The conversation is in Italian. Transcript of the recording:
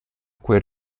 quel